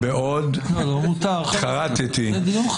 התחרטתי.